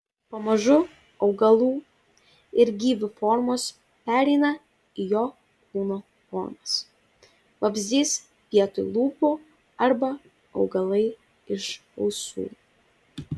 pamažu augalų ir gyvių formos pereina į jo kūno formas vabzdys vietoj lūpų arba augalai iš ausų